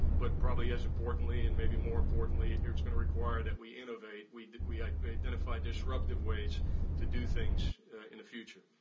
but probably as importantly and maybe more importantly, it's gonna require that we innovate. we we i mean identify disruptive ways to do things in the future.